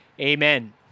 Amen